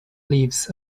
leaves